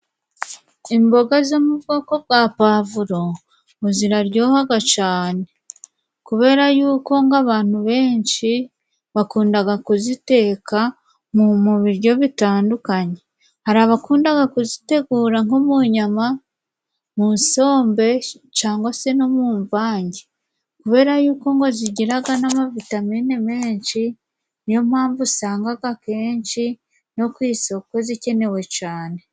Imboga zo mu bwoko bwa pavuro ngo ziraryohaga cane kubera yuko nk’abantu benshi bakundaga kuziteka mu biryo bitandukanye. Hari abakundaga kuzitegura nko mu nyama, mu isombe, cangwa se no mu mvange, kubera y'uko ngo zigiraga n’amavitamine menshi. Ni yo mpamvu usangaga kenshi no ku isoko zikenewe cane.